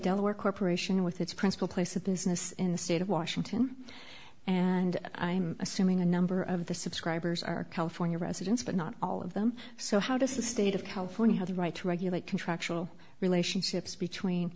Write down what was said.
delaware corporation with its principal place of business in the state of washington and i'm assuming a number of the subscribers are california residents but not all of them so how does the state of california have the right to regulate contractual relationships between